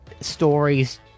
stories